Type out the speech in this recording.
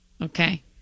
Okay